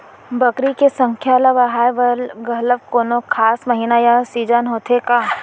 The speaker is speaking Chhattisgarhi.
बकरी के संख्या ला बढ़ाए बर घलव कोनो खास महीना या सीजन होथे का?